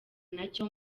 nacyo